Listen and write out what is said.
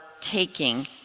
taking